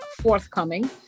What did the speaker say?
forthcoming